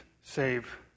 save